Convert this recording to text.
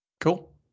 Cool